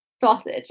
sausage